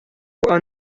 han